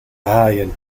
haaien